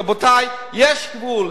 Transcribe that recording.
רבותי, יש גבול.